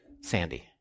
Sandy